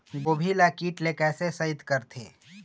गोभी ल कीट ले कैसे सइत करथे?